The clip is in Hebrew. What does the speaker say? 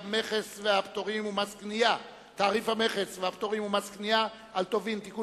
תעריף המכס והפטורים ומס קנייה על טובין (תיקון